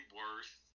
worth